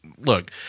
look